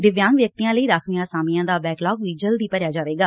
ਦਿਵਆਂਗ ਵਿਅਕਤੀਆਂ ਲਈ ਰਾਖਵੀਆਂ ਅਸਾਮੀਆਂ ਦਾ ਬੈਕਲਾਗ ਵੀ ਜਲਦੀ ਭਰਿਆ ਜਾਵੇਗਾ